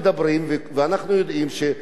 שהוסיפו איזה 1,000 תקנים